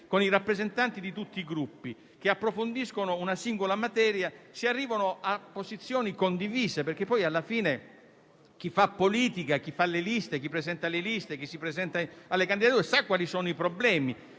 con i rappresentanti di tutti i Gruppi, che approfondiscono una singola materia, si arriva a posizioni condivise. Alla fine, infatti, chi fa politica, chi fa le liste, chi presenta le candidature sa quali sono i problemi